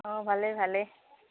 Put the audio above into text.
অঁ ভালেই ভালেই